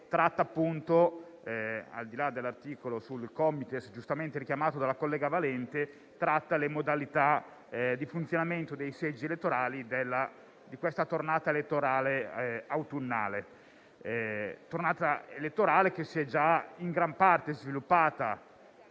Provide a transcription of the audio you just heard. preceduto, che, al di là dell'articolo sui Comites giustamente richiamato dalla collega Valente, tratta le modalità di funzionamento dei seggi di questa tornata elettorale autunnale. Una tornata elettorale che si è già in gran parte sviluppata